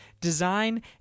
design